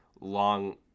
long